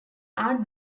art